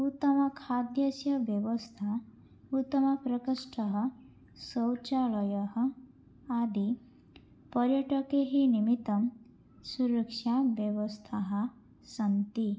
उत्तमखाद्यस्य व्यवस्था उत्तमप्रकोष्ठः शौचालयः आदि पर्यटकैः निमित्तं सुरक्षाव्यवस्थाः सन्ति